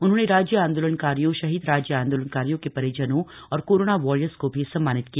उन्होंने राज्य आंदोलनकारियों शहीद राज्य आंदोलनकारियों के परिजनों और कोरोना वॉरियर्स को भी सम्मानित किया